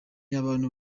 abantu